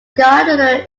gardner